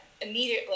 immediately